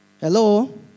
Hello